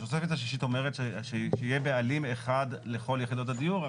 התוספת השישית אומרת שיהיה בעלים אחד לכל יחידות הדיור.